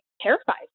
terrified